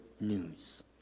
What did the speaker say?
news